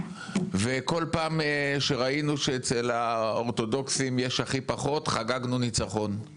וכל פעם שראינו שאצל האורתודוכסים יש הכי פחות חגגנו ניצחון,